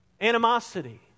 animosity